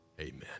amen